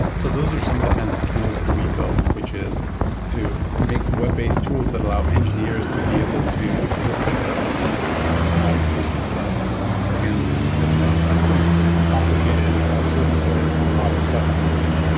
so those are some of the kinds of tools that we built, which is to make web-based tools that allow engineers to be able to exist in their own small ecosystem against you know a pretty complicated surface area with a lot of subsystems.